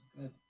good